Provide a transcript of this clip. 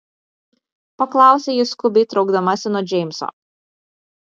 paklausė ji skubiai traukdamasi nuo džeimso